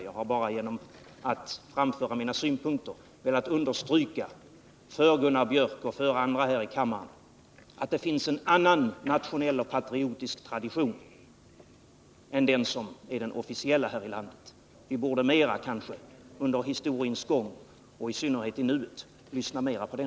Jag har bara genom att framföra mina synpunkter velat understryka för Gunnar Biörck i Värmdö och för andra här i kammaren att det finns en annan nationell och patriotisk tradition än den som är den officiella här i landet. Vi borde kanske under historiens gång och i synnerhet i nuet lyssna mer på den.